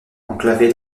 enclavée